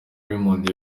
raymond